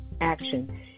action